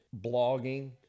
blogging